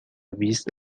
بیست